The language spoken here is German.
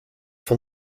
von